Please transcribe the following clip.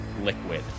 liquid